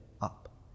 up